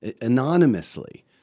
anonymously